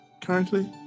currently